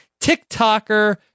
TikToker